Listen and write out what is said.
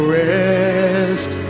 rest